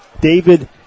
David